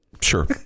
Sure